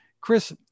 Chris